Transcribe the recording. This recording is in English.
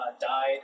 died